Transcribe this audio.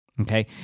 Okay